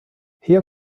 hier